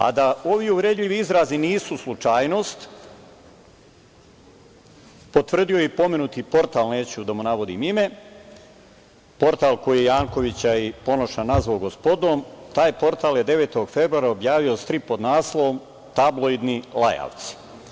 A da ovi uvredljivi izrazi nisu slučajnost potvrdio je i pomenuti portal, neću da mu navodim ime, portal koji je Jankovića i Ponoša nazvao „GOSPODOM“, taj portal je 9. februara objavio strip pod naslovom „Tabloidni lajavci“